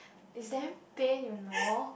is damn pain you know